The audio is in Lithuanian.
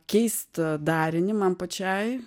keistą darinį man pačiai